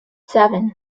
seven